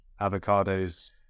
avocados